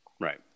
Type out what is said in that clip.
Right